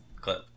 clip